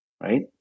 right